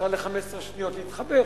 צריך ל-15 שניות להתחבא,